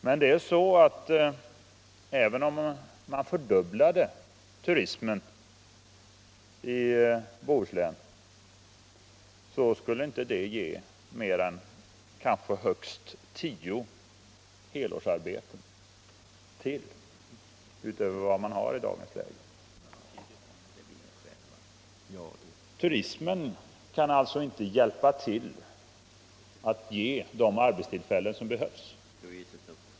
Men även om man fördubblade turismen i Bohuslän, skulle det inte ge mer än högst tio helårsarbeten utöver dem som nu finns. Turismen kan alltså inte ge de arbetstillfällen som behövs.